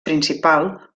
principal